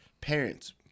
parents